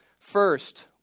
First